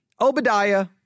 Obadiah